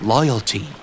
Loyalty